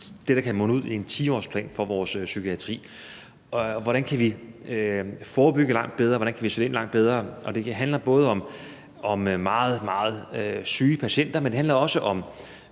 det, der kan munde ud i en 10-årsplan for vores psykiatri: Hvordan kan vi forebygge langt bedre, og hvordan kan vi sætte ind langt bedre? Og det handler både om meget, meget syge patienter, men også om